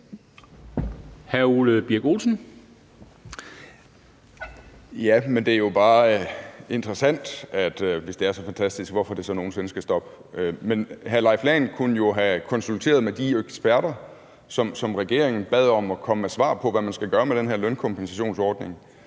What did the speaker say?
Men det er jo bare interessant, at det, hvis det er så fantastisk, så nogen sinde skal stoppe. Men hr. Leif Lahn Jensen kunne jo have konsulteret de eksperter, som regeringen bad om at komme med svar på, hvad man skal gøre med den her lønkompensationsordning.